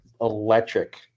electric